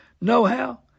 know-how